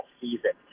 season